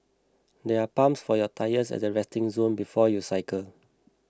there are pumps for your tyres at the resting zone before you cycle